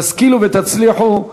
תשכילו ותצליחו,